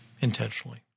intentionally